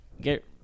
get